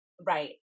Right